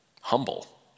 humble